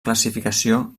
classificació